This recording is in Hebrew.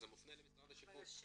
זה מופנה למשרד השיכון.